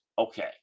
okay